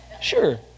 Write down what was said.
sure